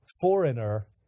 foreigner